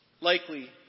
likely